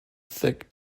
thick